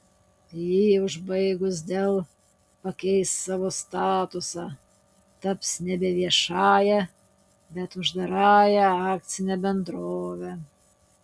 jį užbaigus dell pakeis savo statusą taps nebe viešąja bet uždarąja akcine bendrove